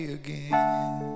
again